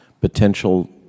potential